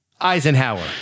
Eisenhower